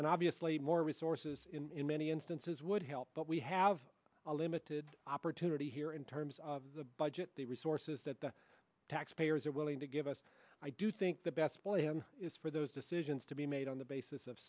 and obviously more resources in many instances would help but we have a limited opportunity here in terms of the budget the resources that the taxpayers are willing to give us i do think the best place is for those decisions to be made on the basis of